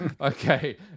okay